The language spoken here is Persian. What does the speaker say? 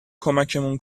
کمکمون